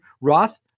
Roth